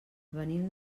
venim